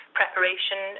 preparation